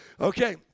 Okay